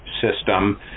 system